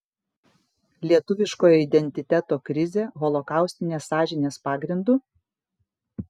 lietuviškojo identiteto krizė holokaustinės sąžinės pagrindu